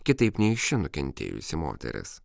kitaip nei ši nukentėjusi moteris